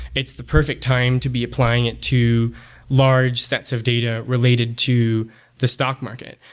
it's the perfect time to be applying it to large sets of data related to the stock market.